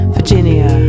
Virginia